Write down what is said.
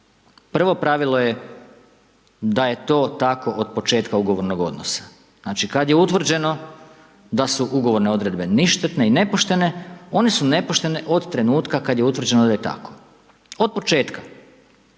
Prvo pravilo je da je to tako od početka ugovornog odnosa.“ Znači, kad je utvrđeno da su ugovorne odredbe ništetne i nepoštene, one su nepoštene od trenutka kad je utvrđeno da je tako, od početka.